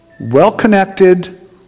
well-connected